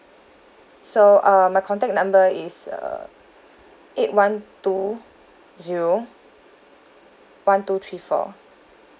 so err my contact number is uh eight one two zero one two three four